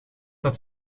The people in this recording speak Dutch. dat